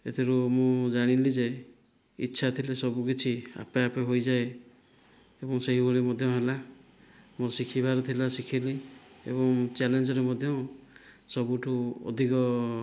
ଏଥିରୁ ମୁଁ ଜାଣିଲି ଯେ ଇଛା ଥିଲେ ସବୁ କିଛି ଆପେ ଆପେ ହୋଇଯାଏ ଏବଂ ସେହିଭଳି ମଧ୍ୟ ହେଲା ମୋର ଶିଖିବାର ଥିଲା ଶିଖିଲି ଏବଂ ଚ୍ୟାଲେଞ୍ଜରେ ମଧ୍ୟ ସବୁଠୁ ଅଧିକ